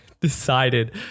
decided